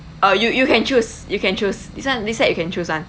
uh you you can choose you can choose this [one] this set you can choose [one]